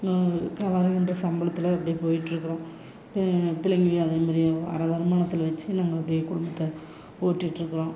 வருகின்ற சம்பளத்தில் அப்படியே போயிட்ருக்கிறோம் பிள்ளைங்களையும் அதேமாதிரி வர வருமானத்தில் வைச்சி நாங்கள் அப்படியே குடும்பத்தை ஓட்டிட்ருக்கிறோம்